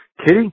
Kitty